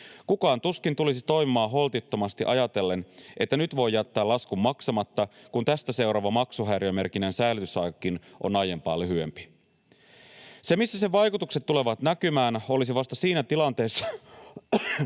Kukaan tuskin tulisi toimimaan holtittomasti ajatellen, että nyt voi jättää laskun maksamatta, kun tästä seuraavan maksuhäiriömerkinnän säilytysaikakin on aiempaa lyhyempi. Se, missä sen vaikutukset tulevat näkymään, olisi vasta siinä tilanteessa,